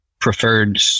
preferred